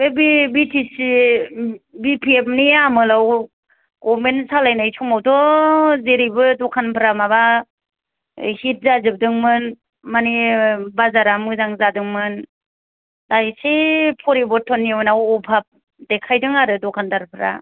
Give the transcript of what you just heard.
बे B T C बिपिएफनि आमोलाव गभार्नमेन्त सालायनाय समावथ' जेरैबो द'खानफ्रा माबा हिट जाजोबदोंमोन माने बाजारा मोजां जादोंमोन दा एसे प'रिबरतननि उनाव अभाब देखायदों आरो दखानदारफ्रा